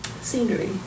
scenery